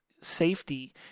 safety